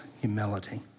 humility